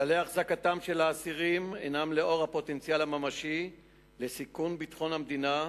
כללי החזקתם של האסירים הם לאור הפוטנציאל הממשי לסיכון ביטחון המדינה,